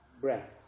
Breath